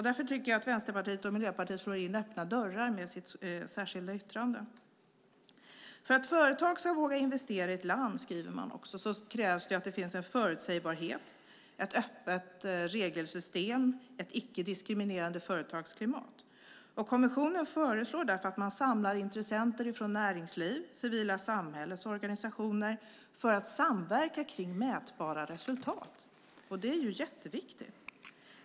Därför tycker jag att Vänsterpartiet och Miljöpartiet slår in öppna dörrar med sitt särskilda yttrande. För att företag ska våga investera i ett land, skriver man också, krävs att det finns en förutsägbarhet, ett öppet regelsystem och ett icke-diskriminerande företagsklimat. Kommissionen föreslår därför att man samlar intressenter från näringsliv och det civila samhällets organisationer för att samverka kring mätbara resultat. Detta är mycket viktigt.